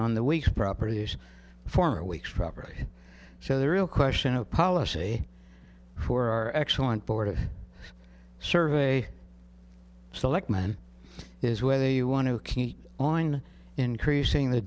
on the week properties for a weeks property so the real question of policy for our excellent border survey selectman is whether you want to keep on increasing the